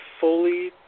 fully